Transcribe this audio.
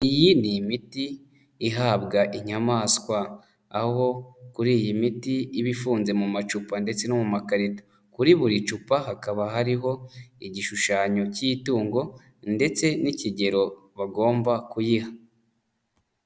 Iyi ni imiti ihabwa inyamaswa, aho kuri iyi miti iba ifunze mu macupa ndetse no mu makarito, kuri buri cupa hakaba hariho igishushanyo cy'itungo ndetse n'ikigero bagomba kuyiha.